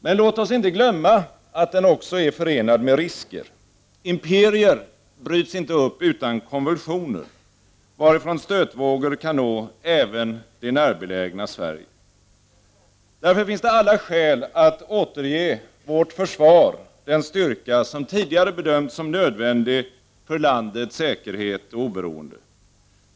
Men låt oss inte glömma att den också är förenad med risker. Imperier bryts inte upp utan konvulsioner, varifrån stötvågor kan nå även det närbelägna Sverige. Det finns därför alla skäl att återge vårt försvar den styrka som tidigare bedömts som nödvändig för landets säkerhet och oberoende.